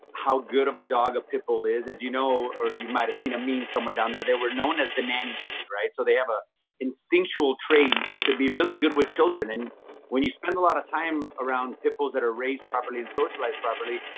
how good of a dog a pitbull is. as you know, or you might have seen a meme somewhere down there. they were known as the nanny breed. right? so they have an instinctual trait to be really good with children. and when you spend a lot of time around pitbulls that are raised properly and socialized properly,